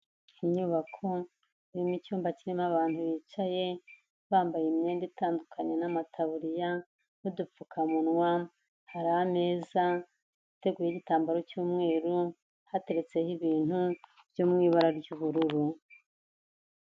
Inyubako irimo icyumba kirimo abantu bicaye, bambaye imyenda itandukanye n'amataburiya n'udupfukamunwa, hari ameza ateguyeho igitambaro cy'umweru, hateretseho ibintu byo mu ibara ry'ubururu.